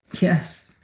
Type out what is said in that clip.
yes